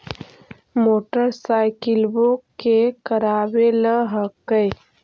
मोटरसाइकिलवो के करावे ल हेकै?